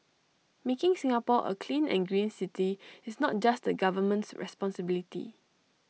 making Singapore A clean and green city is not just the government's responsibility